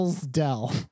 Dell